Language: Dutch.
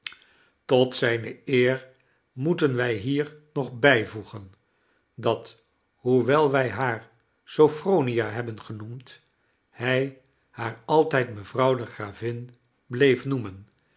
tot zijne eer moeten wij hier nog bijvoegen dat hoewel wij haar sophronia hebben genoemd hij haar altijd mevrouw de gravin bleef noemen